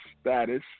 status